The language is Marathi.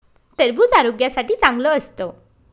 टरबूज आरोग्यासाठी चांगलं असतं